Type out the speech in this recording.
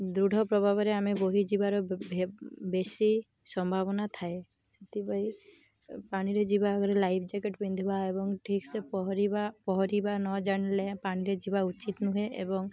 ଦୃଢ଼ ପ୍ରଭାବରେ ଆମେ ବୋହିଯିବାର ବେଶୀ ସମ୍ଭାବନା ଥାଏ ସେଥିପାଇଁ ପାଣିରେ ଯିବା ଆରେ ଲାଇଫ୍ ଜ୍ୟାକେଟ୍ ପିନ୍ଧିବା ଏବଂ ଠିକ୍ସେ ପହଁରିବା ପହଁରିବା ନ ଜାଣିଲେ ପାଣିରେ ଯିବା ଉଚିତ୍ ନୁହେଁ ଏବଂ